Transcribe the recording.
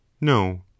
no